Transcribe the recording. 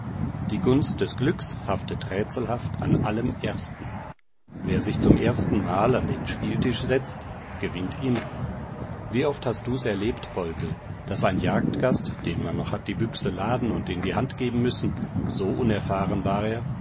die gunst des glücks haftet rätselhaft an allem ersten wer sich zum erstenmal an den spieltisch setzt gewinnt immer wie oft hast du's erlebt poldl daß ein jagdgast dem man noch hat die büchse laden und in die hand geben müssen so unerfahren war er